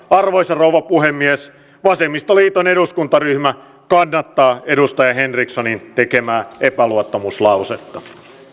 arvoisa rouva puhemies vasemmistoliiton eduskuntaryhmä kannattaa edustaja henrikssonin tekemää epäluottamuslausetta